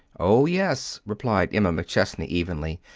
oh, yes, replied emma mcchesney evenly,